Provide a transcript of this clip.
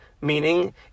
meaning